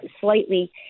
slightly